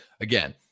again